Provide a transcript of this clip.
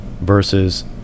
Versus